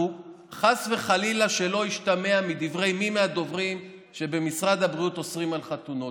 וחס וחלילה שלא ישתמע מדברי מי מהדוברים שבמשרד הבריאות אוסרים חתונות.